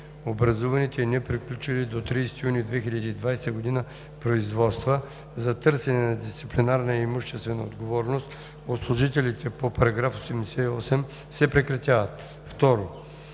Образуваните и неприключили до 30 юни 2020 г. производства за търсене на дисциплинарна или имуществена отговорност от служителите по § 88 се прекратяват. (2)